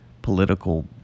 Political